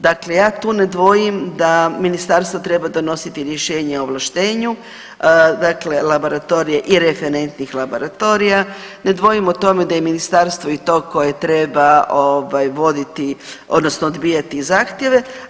Dakle ja tu ne dvojim da Ministarstvo treba donositi rješenja o ovlaštenju dakle laboratorija i referentnih laboratorija, ne dvojim o tome da je Ministarstvo i to koje treba voditi odnosno odbijati zahtjeve.